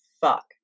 fuck